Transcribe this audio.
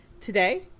Today